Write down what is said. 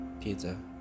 pizza